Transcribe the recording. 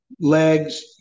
legs